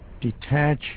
detach